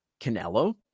Canelo